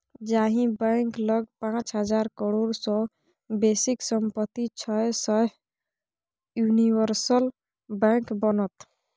जाहि बैंक लग पाच हजार करोड़ सँ बेसीक सम्पति छै सैह यूनिवर्सल बैंक बनत